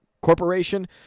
Corporation